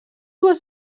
was